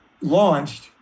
launched